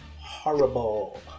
horrible